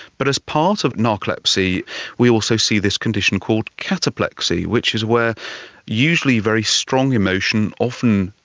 but as part of narcolepsy we also see this condition called cataplexy which is where usually very strong emotion, often,